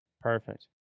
Perfect